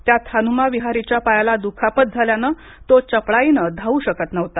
त्यात हनुमा विहारीच्या पायाला दुखापत झाल्याने तो चपळाईने धावू शकत नव्हता